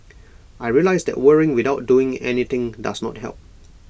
I realised that worrying without doing anything does not help